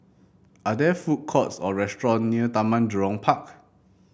are there food courts or restaurant near Taman Jurong Park